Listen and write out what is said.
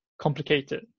complicated